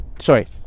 Sorry